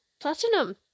Platinum